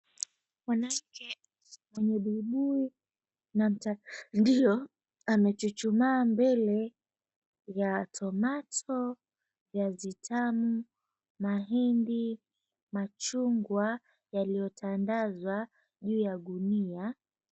Mwanamke mwenye buibui na mtandio amechuchumaa mbele ya tomato, viazi tamu, mahindi, machungwa yalio tandanzwa juu ya gunia.